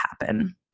happen